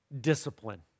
discipline